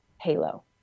halo